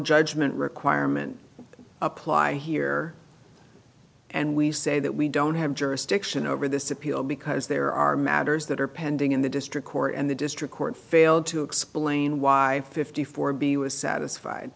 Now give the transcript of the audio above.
judgment requirement apply here and we say that we don't have jurisdiction over this appeal because there are matters that are pending in the district court and the district court failed to explain why fifty four b was